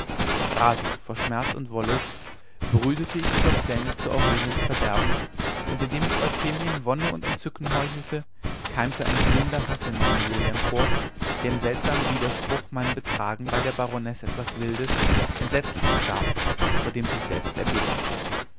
rasend vor schmerz und wollust brütete ich über pläne zu aureliens verderben und indem ich euphemien wonne und entzücken heuchelte keimte ein glühender haß in meiner seele empor der im seltsamen widerspruch meinem betragen bei der baronesse etwas wildes entsetzliches gab vor dem sie selbst erbebte